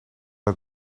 het